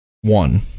One